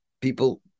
people